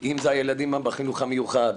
אם זה הילדים בחינוך המיוחד,